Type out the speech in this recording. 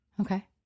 Okay